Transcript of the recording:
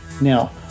Now